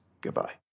Goodbye